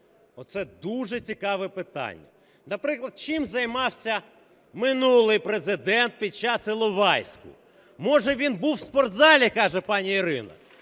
Оце дуже цікаве питання. Наприклад, чим займався минулий Президент під час Іловайську? "Може, він був в спортзалі", – каже пані Ірина.